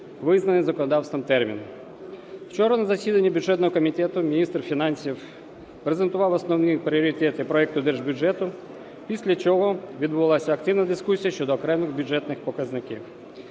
визначений законодавством термін. Вчора на засіданні бюджетного комітету міністр фінансів презентував основні пріоритети проекту держбюджету, після чого відбулася активна дискусія щодо окремих бюджетних показників.